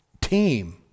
team